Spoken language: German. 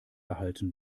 erhalten